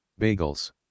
Bagels